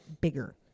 bigger